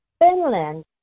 Finland